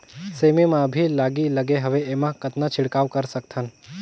सेमी म अभी लाही लगे हवे एमा कतना छिड़काव कर सकथन?